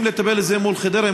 ממשיכים לטפל בזה בחדרה,